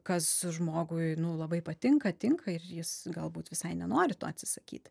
kas žmogui nu labai patinka tinka ir jis galbūt visai nenori to atsisakyt